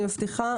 אני מבטיחה.